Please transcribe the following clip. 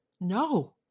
No